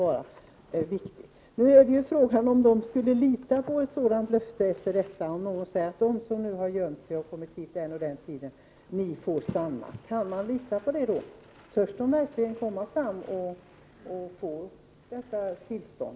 Frågan är bara om de kan lita på ett sådant löfte efter vad som har hänt. Om någon säger: ”De som har gömt sig och som kommit hit vid den och den tiden får stanna”, kan man lita på det? Törs man verkligen komma fram och få sina tillstånd?